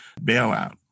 bailout